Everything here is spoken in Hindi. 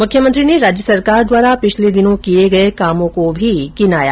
मुख्यमंत्री ने राज्य सरकार द्वारा पिछले दिनों किए गए कामों को भी गिनाया